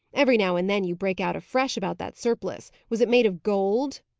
every now and then you break out afresh about that surplice. was it made of gold?